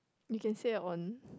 you can say on